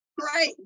right